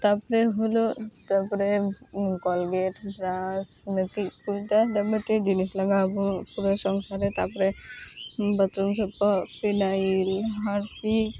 ᱛᱟᱯᱚᱨᱮ ᱦᱳᱞᱚᱜ ᱛᱟᱯᱚᱨᱮ ᱠᱚᱞᱜᱮᱴ ᱵᱨᱟᱥ ᱱᱟᱹᱠᱤᱡ ᱠᱚ ᱡᱟ ᱡᱟᱵᱚᱛᱤᱭᱚ ᱡᱤᱱᱤᱥ ᱞᱟᱜᱟᱣ ᱵᱚᱱ ᱥᱚᱝᱥᱟᱨ ᱨᱮ ᱛᱟᱯᱚᱨᱮ ᱵᱟᱛᱨᱩᱢ ᱥᱟᱯᱷᱟ ᱯᱷᱤᱱᱟᱭᱤᱞ ᱦᱟᱨᱯᱤᱠ